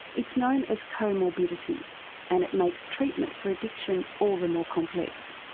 it's known as co-morbidity and it makes treatment for addiction all the more complex.